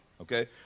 okay